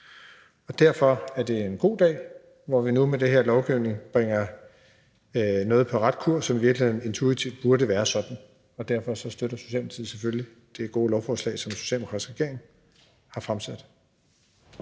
Derfor er det en god dag, hvor vi nu med den her lovgivning bringer noget på ret kurs, som i virkeligheden intuitivt burde være sådan. Derfor støtter Socialdemokratiet selvfølgelig det gode lovforslag, som den socialdemokratiske regering har fremsat.